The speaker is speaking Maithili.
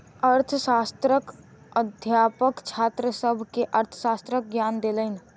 अर्थशास्त्रक अध्यापक छात्र सभ के अर्थशास्त्रक ज्ञान देलैन